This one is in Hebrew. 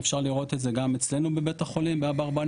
אפשר לראות את זה גם אצלנו בבית החולים באברבנאל,